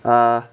啊